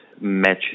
Match